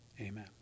amen